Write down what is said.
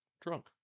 Drunk